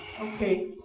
Okay